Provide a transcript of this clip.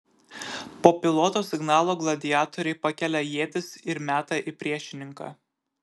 po piloto signalo gladiatoriai pakelia ietis ir meta į priešininką